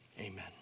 Amen